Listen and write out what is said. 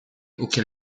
auquel